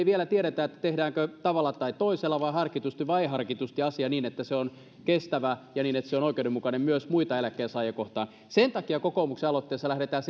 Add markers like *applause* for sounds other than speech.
*unintelligible* vielä tiedetä tehdäänkö tavalla tai toisella vai harkitusti vai ei harkitusti asia niin että se on kestävä ja niin että se on oikeudenmukainen myös muita eläkkeensaajia kohtaan sen takia kokoomuksen aloitteessa lähdetään *unintelligible*